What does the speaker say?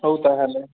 ହଉ ତାହେଲେ